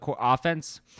offense